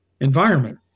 environment